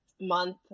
month